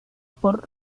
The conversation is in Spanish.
por